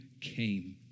came